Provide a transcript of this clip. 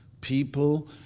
people